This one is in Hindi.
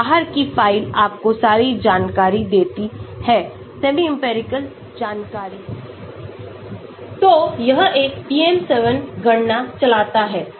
बाहर की फाइल आपको सारी जानकारी देती है सेमी इंपिरिकल जानकारी तो यह एक PM7 गणना चलाता है